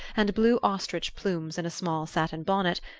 and blue ostrich plumes in a small satin bonnet,